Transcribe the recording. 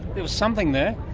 there was something there.